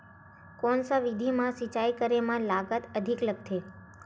कोन सा विधि म सिंचाई करे म लागत अधिक लगथे?